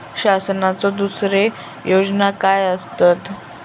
शासनाचो दुसरे योजना काय आसतत?